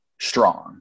strong